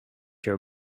your